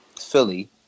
philly